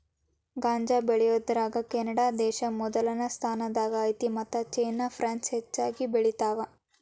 ಗಾಂಜಾ ಬೆಳಿಯುದರಾಗ ಕೆನಡಾದೇಶಾ ಮೊದಲ ಸ್ಥಾನದಾಗ ಐತಿ ಮತ್ತ ಚೇನಾ ಪ್ರಾನ್ಸ್ ಹೆಚಗಿ ಬೆಳಿತಾವ